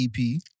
EP